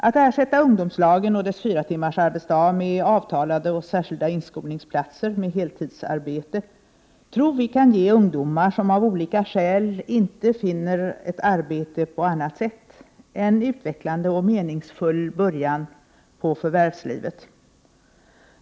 Att ersätta ungdomslagen och dess fyratimmarsarbetsdag med avtalade och särskilda inskolningsplatser med heltidsarbete tror vi kan ge ungdomar, som av olika skäl inte finner ett arbete på annat sätt, en utvecklande och meningsfull början på förvärvslivet.